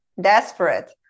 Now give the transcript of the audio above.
Desperate